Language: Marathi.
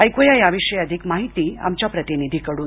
ऐकू या याविषयी अधिक माहिती आमच्या प्रतिनिधीकडून